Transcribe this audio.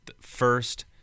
first